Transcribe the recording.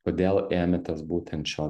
kodėl ėmėtės būtent šio